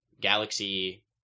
Galaxy